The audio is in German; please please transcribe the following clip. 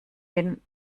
denen